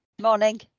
morning